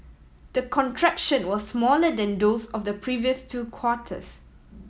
the contraction was smaller than those of the previous two quarters